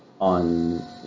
on